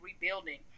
rebuilding